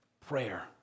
prayer